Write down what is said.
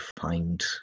find